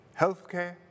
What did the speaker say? healthcare